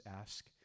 ask